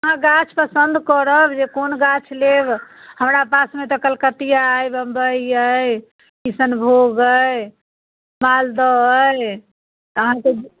अहाँ गाछ पसन्द करब जे कोन गाछ लेब हमरा पासमे तऽ कलकतिआ अइ बम्बइ अइ किशनभोग अइ मालदह अइ तहन तऽ